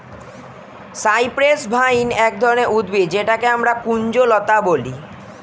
cypress vine এক ধরনের উদ্ভিদ যেটাকে আমরা কুঞ্জলতা বলি